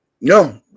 No